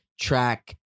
track